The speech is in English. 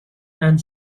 and